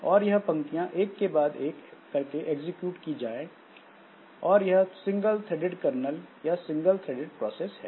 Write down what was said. और यह पंक्तियां एक के बाद एक करके एग्जीक्यूट की जाए और यह single threaded कर्नल या single threaded प्रोसेस है